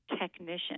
technician